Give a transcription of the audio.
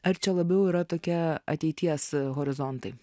ar čia labiau yra tokia ateities horizontai